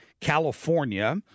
California